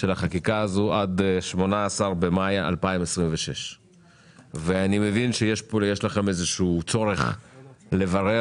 החקיקה עד 18 במאי 2026. אני מבין שיש לכם צורך לברר